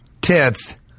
tits